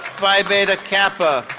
phi beta kappa.